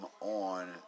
on